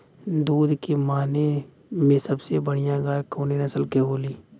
दुध के माने मे सबसे बढ़ियां गाय कवने नस्ल के होली?